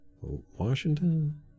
Washington